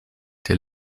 der